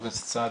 חבר הכנסת סעדי,